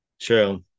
True